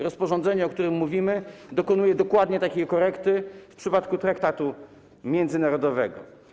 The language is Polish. Rozporządzenie, o którym mówimy, dokonuje dokładnie takiej korekty w przypadku traktatu międzynarodowego.